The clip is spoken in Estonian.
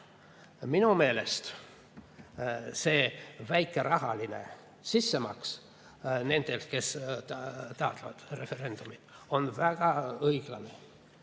Minu meelest on see väike rahaline sissemaks nendelt, kes taotlevad referendumit, väga õiglane.